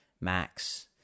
Max